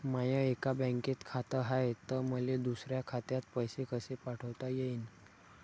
माय एका बँकेत खात हाय, त मले दुसऱ्या खात्यात पैसे कसे पाठवता येईन?